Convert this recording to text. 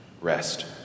rest